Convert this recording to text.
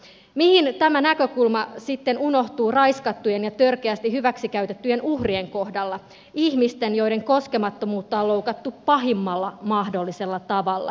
mihin tämä näkökulma sitten unohtuu raiskattujen ja törkeästi hyväksikäytettyjen uhrien kohdalla ihmisten joiden koskemattomuutta on loukattu pahimmalla mahdollisella tavalla